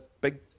big